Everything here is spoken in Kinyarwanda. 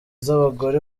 z’abagore